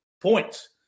points